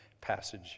passage